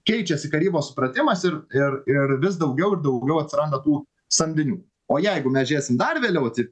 keičiasi karybos supratimas ir ir ir vis daugiau ir daugiau atsiranda tų samdinių o jeigu mes žėsim dar vėliau taip